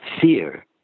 fear